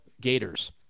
Gators